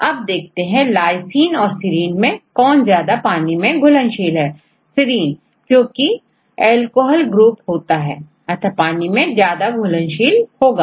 अब देखते है Lysine औरserine मैं कौन ज्यादा पानी में घुलनशील है serineक्योंकि अल्कोहल ग्रुप होता है अतः पानी में ज्यादा घुलनशील होता है